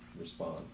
respond